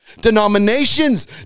denominations